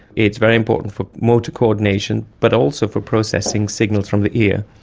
it's very important for motor coordination but also for processing signals from the ear.